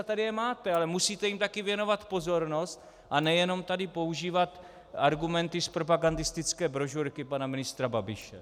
Tady je máte, ale musíte jim taky věnovat pozornost a ne jenom tady používat argumenty z propagandistické brožurky pana ministra Babiše.